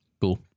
Cool